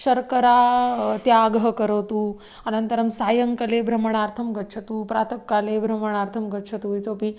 शर्करा त्यागं करोतु अनन्तरं सायङ्कले भ्रमणार्थं गच्छतु प्रातःकाले भ्रमणार्थं गच्छतु इतोपि